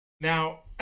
Now